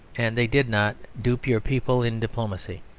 and they did not, dupe your people in diplomacy.